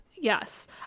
yes